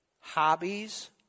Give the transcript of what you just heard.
hobbies